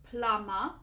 Plama